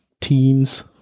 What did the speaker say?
teams